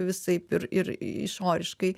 visaip ir ir išoriškai